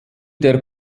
der